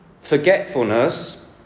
Forgetfulness